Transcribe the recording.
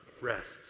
rests